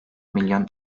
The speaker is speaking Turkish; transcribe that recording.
milyon